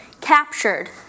captured